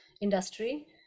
industry